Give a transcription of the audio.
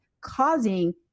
causing